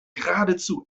geradezu